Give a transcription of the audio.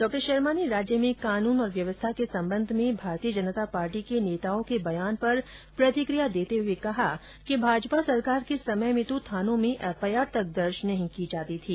डा शर्मा ने राज्य में कानुन एवं व्यवस्था के सम्बंध में भारतीय जनता पार्टी के नेताओं के बयान पर प्रतिक्रिया देते हुए कहा है भाजपा सरकार के समय में तो थानों में एफआईआर तक दर्ज नहीं की जाती थी